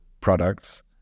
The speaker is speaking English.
products